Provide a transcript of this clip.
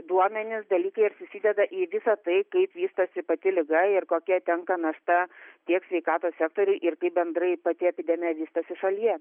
duomenys dalykai ir susideda į visa tai kaip vystosi pati liga ir kokia tenka našta tiek sveikatos sektoriui ir kaip bendrai pati epidemija vystosi šalyje